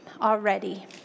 already